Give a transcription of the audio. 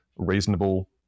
reasonable